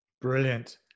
Brilliant